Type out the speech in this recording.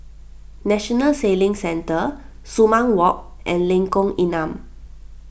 National Sailing Centre Sumang Walk and Lengkong Enam